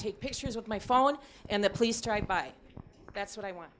take pictures with my phone and the police tied by that's what i want